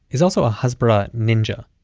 is also a hasbara ninja.